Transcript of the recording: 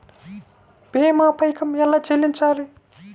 భీమా పైకం ఎలా చెల్లించాలి?